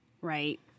Right